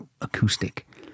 acoustic